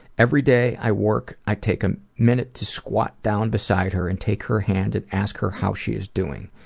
every day i work, i take a minute to squat down beside her and take her hand and ask her how she's doing.